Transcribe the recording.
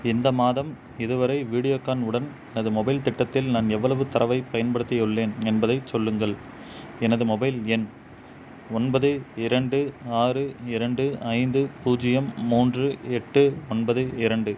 இந்த மாதம் இதுவரை வீடியோக்கான் உடன் எனது மொபைல் திட்டத்தில் நான் எவ்வளவு தரவைப் பயன்படுத்தியுள்ளேன் என்பதைச் சொல்லுங்கள் எனது மொபைல் எண் ஒன்பது இரண்டு ஆறு இரண்டு ஐந்து பூஜ்ஜியம் மூன்று எட்டு ஒன்பது இரண்டு